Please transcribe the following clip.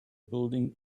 building